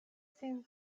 sin